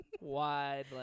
wide